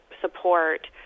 support